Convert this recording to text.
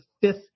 fifth